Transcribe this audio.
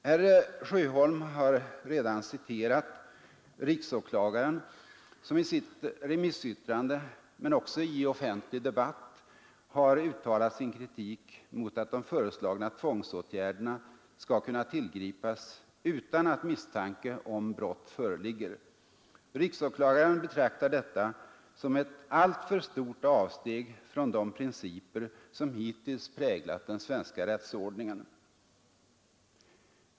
Herr Sjöholm har redan citerat riksåklagaren som i sitt remissyttrande men också i offentlig debatt har uttalat sin kritik mot att de föreslagna tvångsåtgärderna skall kunna tillgripas utan att misstanke om brott föreligger. Riksåklagaren betraktar detta som ”ett alltför stort avsteg från de principer som hittills präglat den svenska rättsordningen”.